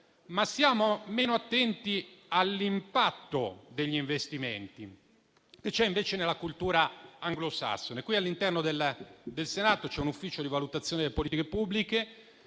ma siamo meno attenti all'impatto degli investimenti, attenzione che invece è presente nella cultura anglosassone. All'interno del Senato c'è un Ufficio di valutazione delle politiche pubbliche.